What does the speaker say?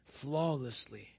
flawlessly